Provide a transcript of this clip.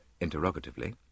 interrogatively